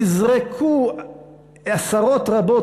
נזרקו עשרות רבות,